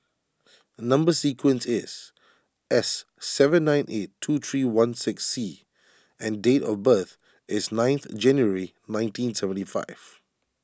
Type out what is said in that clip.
Number Sequence is S seven nine eight two three one six C and date of birth is ninth January nineteen seventy five